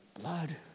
blood